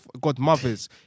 godmothers